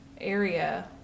area